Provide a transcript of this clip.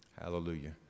hallelujah